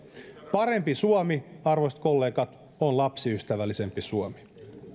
parempi suomi arvoisat kollegat on lapsiystävällisempi suomi